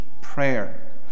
prayer